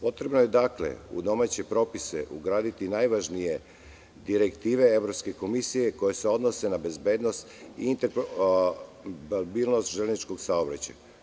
Potrebno je u domaće propise ugraditi najvažnije direktive Evropske komisije koje se odnose na bezbednost interoperabilnost železničkog saobraćaja.